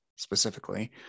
specifically